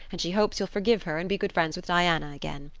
and she hopes you'll forgive her and be good friends with diana again.